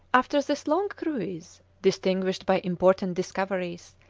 after this long cruise, distinguished by important discoveries,